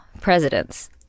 presidents